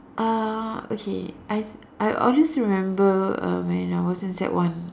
ah okay I I always remember uh when I was in sec one